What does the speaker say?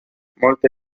molte